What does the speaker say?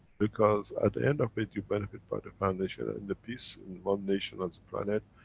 because, at the end of it, you benefit by the foundation, and the peace, one nation as a planet,